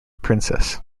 princess